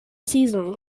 season